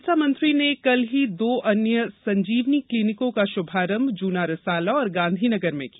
चिकित्सा मंत्री ने कल ही दो अन्य संजीवनी क्लिनिकों का शुभारंभ जूना रिसाला और गांधी नगर में किया